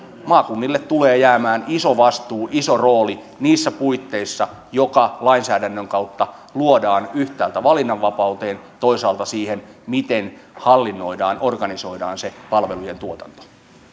maakunnille tulee jäämään iso vastuu ja iso rooli niissä puitteissa joka lainsäädännön kautta luodaan yhtäältä valinnanvapauteen ja toisaalta siihen miten hallinnoidaan organisoidaan se palvelujen tuotanto